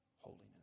holiness